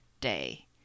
day